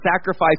sacrifice